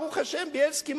ברוך השם, בילסקי.